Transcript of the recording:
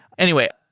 anyway,